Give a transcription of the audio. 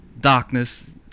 darkness